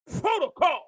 protocol